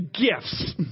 gifts